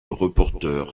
reporter